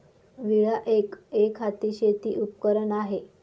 विळा एक, एकहाती शेती उपकरण आहे